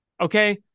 Okay